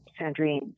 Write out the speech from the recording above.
Sandrine